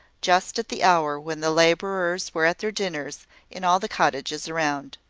just at the hour when the labourers were at their dinners in all the cottages around.